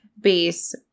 base